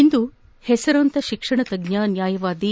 ಇಂದು ಪೆಸರಾಂತ ಶಿಕ್ಷಣ ತಜ್ಜ ನ್ಕಾಯವಾದಿ